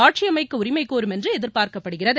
ஆட்சி அமைக்க உரிமை கோரும் என்று எதிர்பார்க்கப்படுகிறது